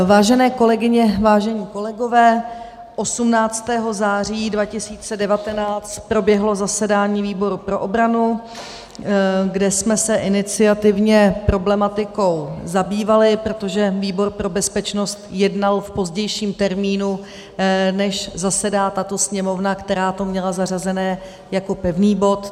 Vážené kolegyně, vážení kolegové, 18. září 2019 proběhlo zasedání výboru pro obranu, kde jsme se iniciativně problematikou zabývali, protože výbor pro bezpečnost jednal v pozdějším termínu, než zasedá tato Sněmovna, která to měla zařazené jako pevný bod.